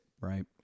Right